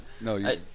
no